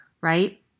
right